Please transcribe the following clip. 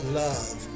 love